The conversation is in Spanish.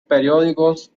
periódicos